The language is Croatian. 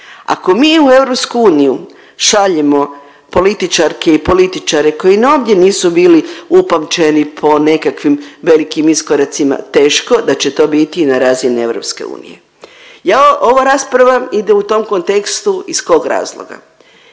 ako mi u EU šaljemo političarke i političare koji ni ovdje nisu bili upamćeni po nekakvim velikim iskoracima teško da će to biti i na razini EU. Ova rasprava ide u tom kontekstu iz kog razloga?